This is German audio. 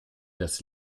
das